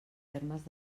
termes